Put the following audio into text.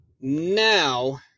now